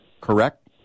correct